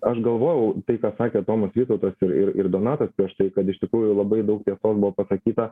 aš galvojau tai ką sakė tomas vytautas ir ir ir donatas prieš tai kad iš tikrųjų labai daug tiesos buvo pasakyta